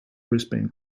brisbane